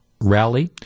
rally